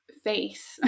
face